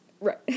Right